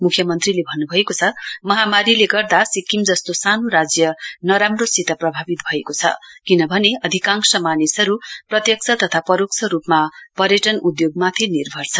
मुख्यमन्त्रीले भन्नुभएको छ महामारीले गर्दा सिक्किम जस्तो सानो राज्य नराम्रोसित प्रभावित भएको छ किनभने अधिकांश मानिसहरू प्रत्यक्ष तथा परोक्ष रूपमा पर्यटन उद्योगमाथि निर्भर छन्